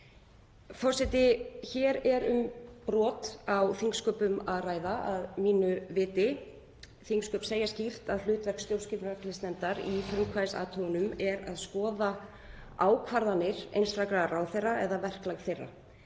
Forseti. Hér er um brot á þingsköpum að ræða að mínu viti. Þingsköp segja skýrt að hlutverk stjórnskipunar- og eftirlitsnefndar í frumkvæðisathugunum sé að skoða ákvarðanir einstakra ráðherra eða verklag þeirra.